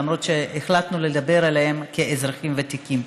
למרות שהחלטנו לדבר עליהם כאזרחים ותיקים.